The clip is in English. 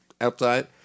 outside